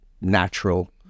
natural